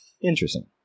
Interesting